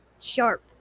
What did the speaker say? sharp